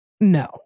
No